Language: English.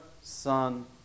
Son